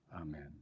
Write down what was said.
Amen